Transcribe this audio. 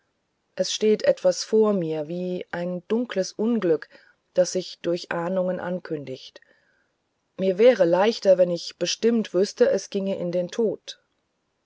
es steht etwas vor mir wie ein dunkles unglück das sich durch ahnungen verkündet mir wäre leichter wenn ich bestimmt wußte es ginge in den tod